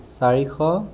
চাৰিশ